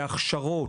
בהכשרות,